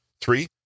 Three